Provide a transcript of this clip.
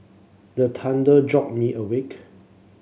the thunder jolt me awake